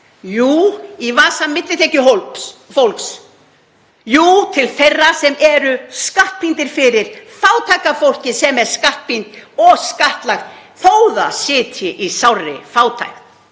Jú, í vasa millitekjufólks. Jú, til þeirra sem eru skattpíndir fyrir, fátæka fólkið sem er skattpínt og skattlagt þótt það sitji í sárri fátækt.